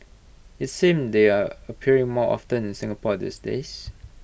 IT seems they're appearing more often in Singapore these days